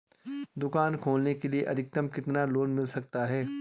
दुकान खोलने के लिए अधिकतम कितना लोन मिल सकता है?